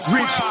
Rich